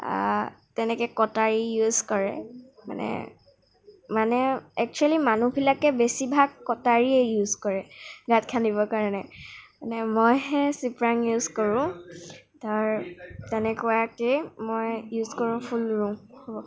তেনেকে কটাৰী ইউজ কৰে মানে মানে একছুৱেলী মানুহবিলাকে বেছিভাগমানে কটাৰীয়ে ইউজ কৰে গাঁত খান্দিবৰ কাৰণে মানে মইহে চিপৰাং ইউজ কৰোঁ ধৰ তেনেকুৱাকে মই ইউজ কৰোঁ ফুল ৰুওঁ হ'ব